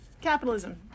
Capitalism